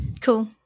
Cool